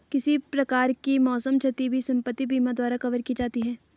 किसी प्रकार की मौसम क्षति भी संपत्ति बीमा द्वारा कवर की जाती है